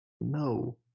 no